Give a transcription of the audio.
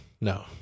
no